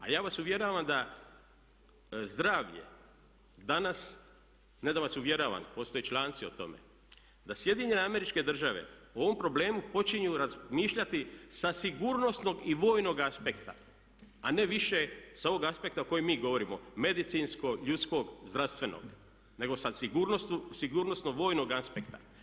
A ja vas uvjeravam da zdravlje danas, ne da vas uvjeravam, postoje članci o tome, da SAD o ovom problemu počinju razmišljati sa sigurnosnog i vojnog aspekta a ne više sa ovog aspekta o kojem mi govorimo, medicinskog, ljudskog, zdravstvenog nego sa sigurnosno vojnog aspekta.